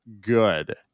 good